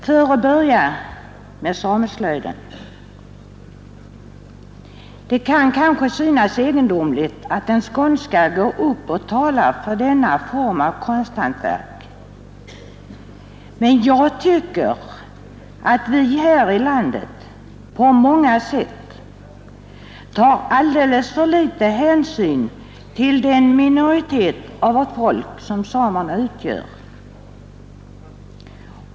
För att börja med sameslöjden kan det kanske synas egendomligt att en skånska talar för denna form av konsthantverk. Men jag tycker att vi här i landet på många sätt tar alldeles för liten hänsyn till den minoritet av vårt folk som samerna utgör.